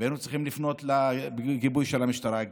והיינו צריכים לפנות לגיבוי של המשטרה,